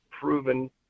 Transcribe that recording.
proven